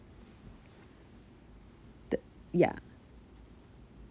the ya